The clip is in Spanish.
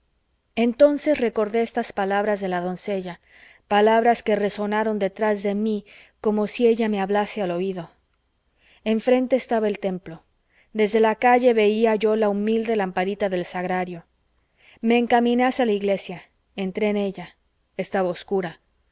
entonces recordé estas palabras de la doncella palabras que resonaron detrás de mí como si ella me hablase al oído enfrente estaba el templo desde la calle veía yo la humilde lamparita del sagrario me encaminé hacia la iglesia entré en ella estaba obscura